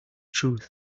truth